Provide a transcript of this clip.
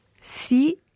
Si